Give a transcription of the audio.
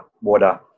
water